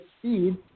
speed